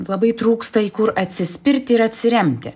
labai trūksta į kur atsispirti ir atsiremti